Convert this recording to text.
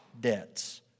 debts